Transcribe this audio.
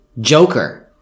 Joker